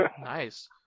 nice